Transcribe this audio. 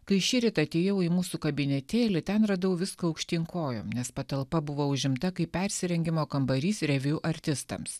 kai šįryt atėjau į mūsų kabinetėlį ten radau viską aukštyn kojom nes patalpa buvau užimta kaip persirengimo kambarys reviu artistams